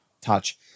touch